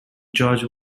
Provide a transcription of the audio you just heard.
george